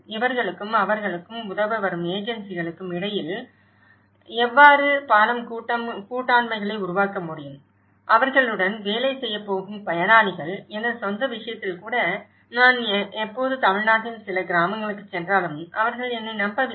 இவர்களுக்கும் அவர்களுக்கு உதவ வரும் முகமைகளுக்கும் இடையில் எவ்வாறு பாலம் கூட்டாண்மைகளை உருவாக்க முடியும் அவர்களுடன் வேலை செய்யப் போகும் பயனாளிகள் எனது சொந்த விஷயத்தில் கூட நான் எப்போது தமிழ்நாட்டின் சில கிராமங்களுக்குச் சென்றாலும் அவர்கள் என்னை நம்பவில்லை